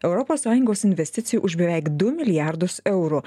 europos sąjungos investicijų už beveik du milijardus eurų